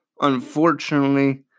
unfortunately